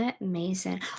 Amazing